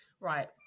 Right